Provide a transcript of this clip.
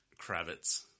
Kravitz